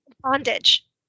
bondage